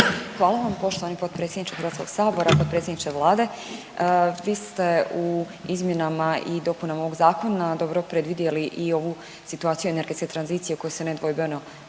Hvala vam poštovani potpredsjedniče HS. Potpredsjedniče Vlade, vi ste u izmjenama i dopunama ovog zakona dobro predvidjeli i ovu situaciju energetske tranzicije u kojoj se nedvojbeno